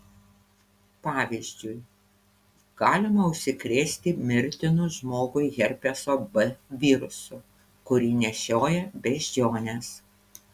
pavyzdžiui galima užsikrėsti mirtinu žmogui herpeso b virusu kurį nešioja beždžionės